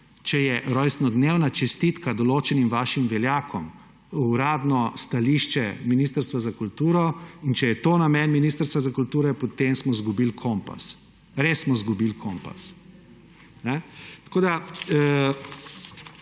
če je rojstnodnevna čestitka določenim vašim veljakom uradno stališče Ministrstva za kulturo in če je to namen Ministrstva za kulturo, potem smo izgubili kompas. Res smo izgubili kompas. Zaključil